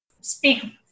speak